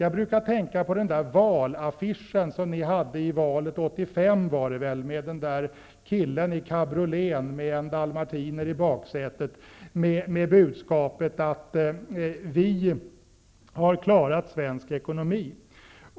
Jag brukar tänka på den valaffisch Socialdemokraterna hade inför valet 1985 med killen i cabrioleten med en dalmatiner i baksätet och med budskapet ''Vi har klarat svensk ekonomi''.